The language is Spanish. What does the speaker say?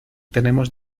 tenemos